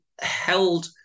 held